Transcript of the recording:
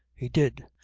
he did.